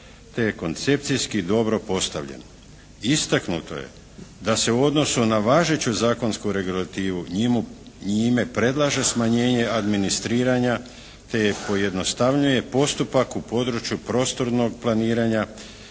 te je koncepcijski dobro postavljen. Istaknuto je da se u odnosu na važeću zakonsku regulativu njime predlaže smanjenje administriranja, te pojednostavnjuje postupak u području prostornog planiranja,